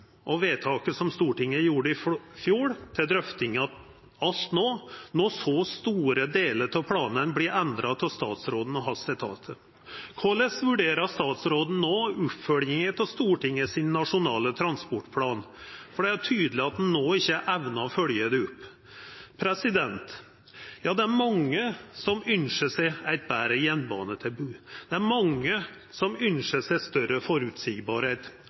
drøfting vedtaket om NTP som Stortinget gjorde i fjor, når så store delar av planane vert endra av statsråden og etatane hans. Korleis vurderer statsråden no oppfølginga av Stortingets nasjonale transportplan? Det er tydeleg at ein no ikkje evnar å følgja han opp. Det er mange som ynskjer seg eit betre jernbanetilbod. Det er mange som ynskjer